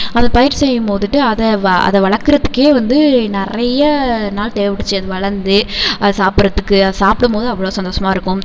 அதை பயிர் செய்யும்போதுட்டு அதை வ அதை வளர்க்குறத்துக்கே வந்து நிறைய நாள் தேவைப்பட்டுச்சி அது வளர்ந்து அது சாப்பிட்றத்துக்கு சாப்பிடும்போது அவ்வளோ சந்தோசமாக இருக்கும்